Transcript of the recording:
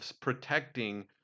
protecting